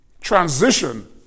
Transition